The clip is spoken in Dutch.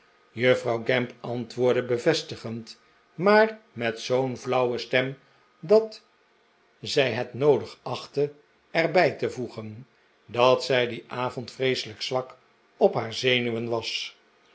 juffrouw gamp antwoordde bevestigend maar met zoo'n flauwe stem dat zij het noodig achtte er bij te voegen dat zij dien avond vreeselijk zwak op haar zenuwen was